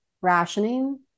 rationing